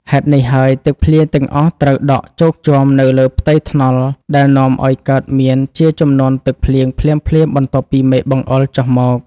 ហេតុនេះហើយ ទឹកភ្លៀងទាំងអស់ត្រូវដក់ជោកជាំនៅលើផ្ទៃថ្នល់ ដែលនាំឱ្យកើតមានជាជំនន់ទឹកភ្លៀងភ្លាមៗបន្ទាប់ពីមេឃបង្អុរចុះមក។